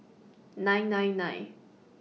nine nine nine